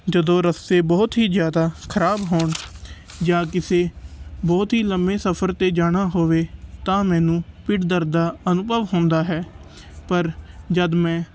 ਜਦੋਂ ਰਸਤੇ ਬਹੁਤ ਹੀ ਜ਼ਿਆਦਾ ਖ਼ਰਾਬ ਹੋਣ ਜਾਂ ਕਿਸੇ ਬਹੁਤ ਹੀ ਲੰਬੇ ਸਫ਼ਰ 'ਤੇ ਜਾਣਾ ਹੋਵੇ ਤਾਂ ਮੈਨੂੰ ਪਿੱਠ ਦਰਦ ਦਾ ਅਨੁਭਵ ਹੁੰਦਾ ਹੈ ਪਰ ਜਦੋਂ ਮੈਂ